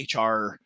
HR